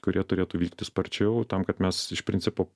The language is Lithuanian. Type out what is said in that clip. kurie turėtų vykti sparčiau tam kad mes iš principo